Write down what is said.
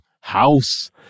House